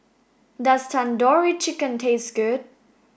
does Tandoori Chicken taste good